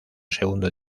segundo